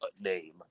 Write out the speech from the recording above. name